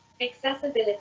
Accessibility